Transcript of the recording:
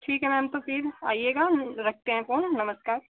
ठीक है मैम तो फिर आइएगा रखते हैं फोन नमस्कार